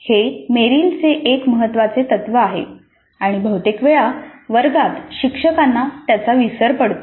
हे मेरीलचे एक महत्त्वाचे तत्त्व आहे आणि बहुतेक वेळा वर्गात शिक्षकांना याचा विसर पडतो